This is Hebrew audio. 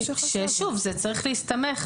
שוב, זה צריך להסתמך